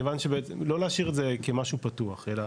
לא להשאיר את זה כמשהו פתוח, אלא